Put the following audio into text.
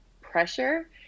pressure